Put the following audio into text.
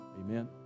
Amen